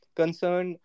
concern